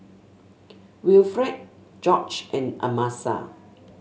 Wilfred George and Amasa